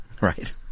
Right